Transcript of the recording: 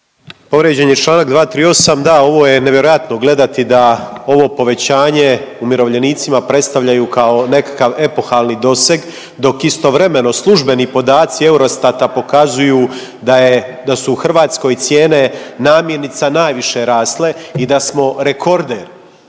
Povrijeđen je čl. 238. da, ovo je nevjerojatno gledati da ovo povećanje umirovljenicima predstavljaju kao nekakav epohalni doseg dok istovremeno službeni podaci Eurostasta pokazuju da je, da su u Hrvatskoj cijene namirnica najviše rasle i da smo rekorder.